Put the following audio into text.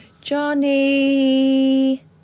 Johnny